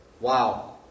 Wow